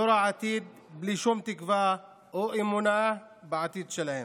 דור העתיד, בלי שום תקווה או אמונה בעתיד שלהם.